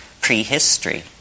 prehistory